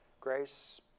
Grace